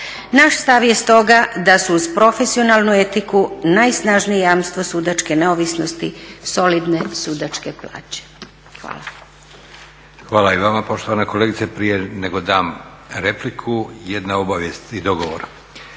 Naš stav je stoga da su uz profesionalnu etiku najsnažnije jamstvo sudačke neovisnosti solidne sudačke plaće. Hvala. **Leko, Josip (SDP)** Hvala i vama poštovana kolegice. Prije nego dam repliku jedna obavijest i dogovor.